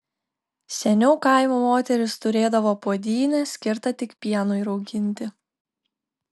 seniau kaimo moterys turėdavo puodynę skirtą tik pienui rauginti